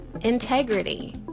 Integrity